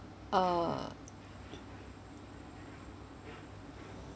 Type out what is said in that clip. uh